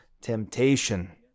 temptation